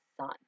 son